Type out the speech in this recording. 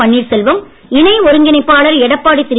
பன்னீர்செல்வம் இணை ஒருங்கிணைப்பாளர் எடப்பாடி திரு